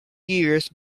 years